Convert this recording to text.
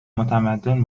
متمدن